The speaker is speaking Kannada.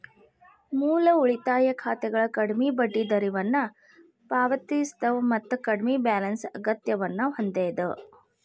ಮೂಲ ಉಳಿತಾಯ ಖಾತೆಗಳ ಕಡ್ಮಿ ಬಡ್ಡಿದರವನ್ನ ಪಾವತಿಸ್ತವ ಮತ್ತ ಕಡ್ಮಿ ಬ್ಯಾಲೆನ್ಸ್ ಅಗತ್ಯವನ್ನ ಹೊಂದ್ಯದ